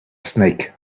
snake